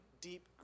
deep